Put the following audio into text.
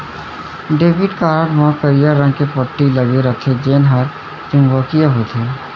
debit card म करिया रंग के पट्टी लगे रथे जेन हर चुंबकीय होथे